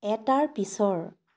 এটাৰ পিছৰ